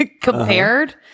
compared